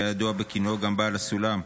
שהיה ידוע גם בכינויו "בעל הסולם".